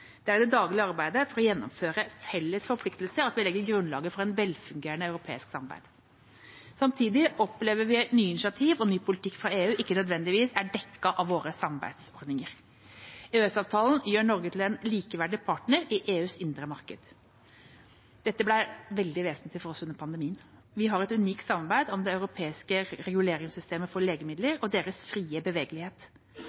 er i det daglige arbeidet for å gjennomføre felles forpliktelser vi legger grunnlaget for et velfungerende europeisk samarbeid. Samtidig opplever vi at nye initiativ og ny politikk fra EU ikke nødvendigvis er dekket av våre samarbeidsordninger. EØS-avtalen gjør Norge til en likeverdig partner i EUs indre marked. Dette ble veldig vesentlig for oss under pandemien. Vi har et unikt samarbeid om det europeiske reguleringssystemet for legemidler